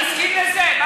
אני מסכים לזה?